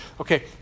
Okay